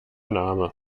name